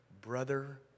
Brother